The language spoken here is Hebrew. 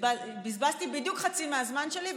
בזבזתי בדיוק חצי מהזמן שלי,